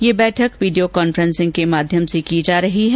यह बैठक video conferencing के माध्यम से की जा रही है